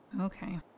Okay